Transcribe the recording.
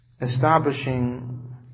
Establishing